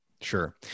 Sure